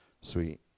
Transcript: Sweet